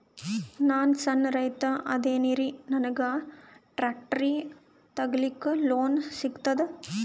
ನಾನ್ ಸಣ್ ರೈತ ಅದೇನೀರಿ ನನಗ ಟ್ಟ್ರ್ಯಾಕ್ಟರಿ ತಗಲಿಕ ಲೋನ್ ಸಿಗತದ?